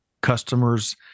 customers